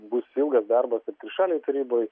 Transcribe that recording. bus ilgas darbas trišalėj taryboj